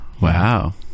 Wow